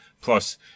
Plus